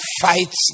fights